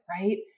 Right